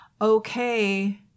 okay